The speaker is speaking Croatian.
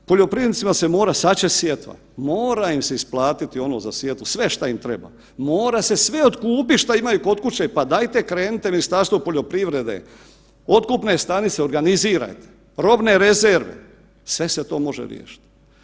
Poljoprivrednicima se mora, sad će sjetva, mora im se isplatiti ono za sjetvu sve šta im treba, mora se sve otkupit šta imate kod kuće, pa dajte krenite Ministarstvo poljoprivrede, otkupne stanice organizirajte, robne rezerve, sve se to može riješiti.